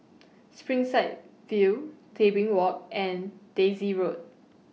Springside View Tebing Walk and Daisy Road